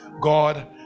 god